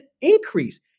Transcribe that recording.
increase